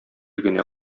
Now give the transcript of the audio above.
генә